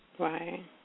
Right